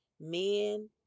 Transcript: men